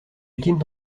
ultime